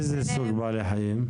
איזה סוג בעלי חיים?